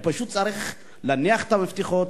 הוא פשוט צריך להניח את המפתחות,